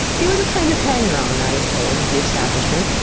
he was a kind of hanger-on, i was told, of the establishment,